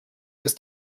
ist